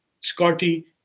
Scotty